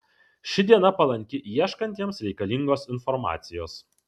ši diena palanki ieškantiems reikalingos informacijos